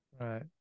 Right